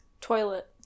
Toilet